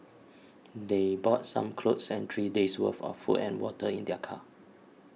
they brought some clothes and three days' worth of food and water in their car